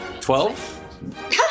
Twelve